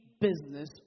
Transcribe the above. business